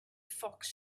fox